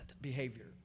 behavior